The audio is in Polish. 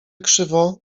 krzywo